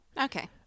Okay